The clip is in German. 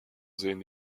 sehen